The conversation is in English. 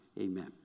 amen